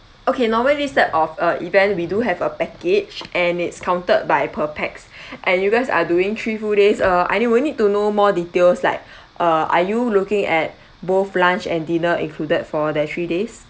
okay normally this type of a event we do have a package and it's counted by per pax and you guys are doing three full days uh I you would need to know more details like uh are you looking at both lunch and dinner included for that three days